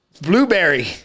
Blueberry